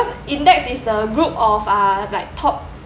index is a group of uh like top